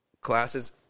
classes